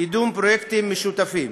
קידום פרויקטים משותפים.